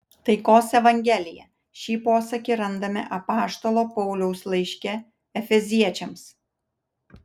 taikos evangelija šį posakį randame apaštalo pauliaus laiške efeziečiams